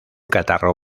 catarro